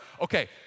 Okay